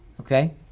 Okay